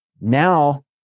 Now